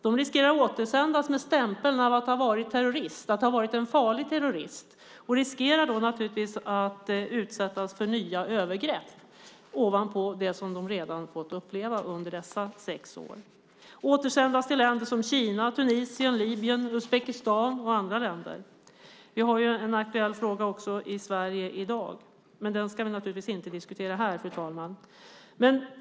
De riskerar att återsändas med stämpeln att ha varit en farlig terrorist. De riskerar att utsättas för nya övergrepp ovanpå det som de redan har fått uppleva under dessa sex år. De riskerar att återsändas till länder som Kina, Tunisien, Libyen och Uzbekistan. Vi har ett aktuellt fall i Sverige i dag, men det ska vi inte diskutera här, fru talman.